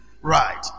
Right